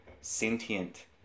sentient